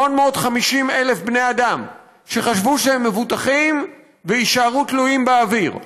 850,000 בני אדם שחשבו שהם מבוטחים יישארו תלויים באוויר.